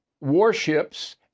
warships